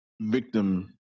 victim